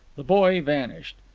the boy vanished.